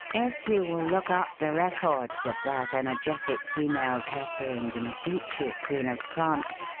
if you will look up the records of that energetic female, catherine de medici, queen of france,